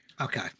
Okay